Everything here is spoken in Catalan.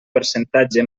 percentatge